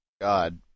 God